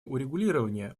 урегулирования